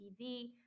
TV